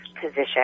position